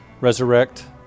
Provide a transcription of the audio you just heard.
Resurrect